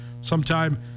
sometime